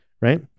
right